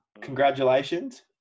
congratulations